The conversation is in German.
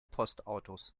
postautos